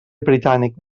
britànic